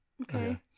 Okay